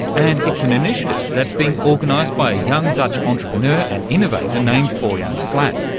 and it's an initiative that's being organised by a young dutch entrepreneur and innovator named boyan slat.